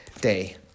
day